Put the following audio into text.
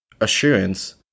assurance